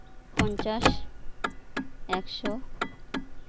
ᱯᱚᱧᱪᱟᱥ ᱮᱠᱥᱳ